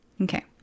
Okay